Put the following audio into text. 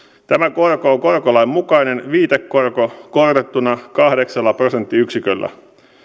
tämä korko on korkolain mukainen viitekorko korotettuna kahdeksalla prosenttiyksiköllä